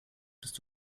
bist